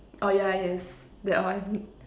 oh yeah yes that one